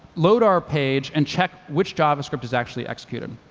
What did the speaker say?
load our page and check which javascript is actually executed.